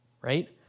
right